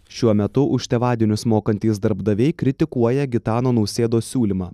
šiuo metu už tėvadienius mokantys darbdaviai kritikuoja gitano nausėdos siūlymą